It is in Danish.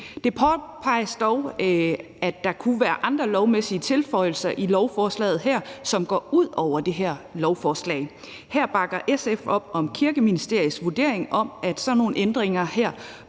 det påpeges dog, at der kunne være andre lovmæssige tilføjelser i lovforslaget her, som går ud over det her lovforslag. Her bakker SF op om Kirkeministeriets vurdering af, at sådan nogle ændringer her